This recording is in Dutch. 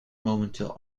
momenteel